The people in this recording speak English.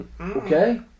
Okay